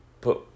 put